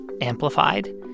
amplified